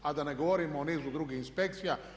A da ne govorimo o nizu drugih inspekcija.